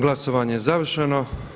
Glasovanje je završeno.